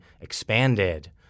expanded